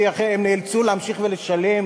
כי הם נאלצו להמשיך ולשלם